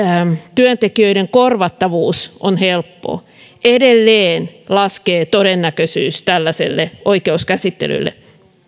työntekijöiden korvattavuus on helppoa edelleen laskee todennäköisyys tällaiselle oikeuskäsittelylle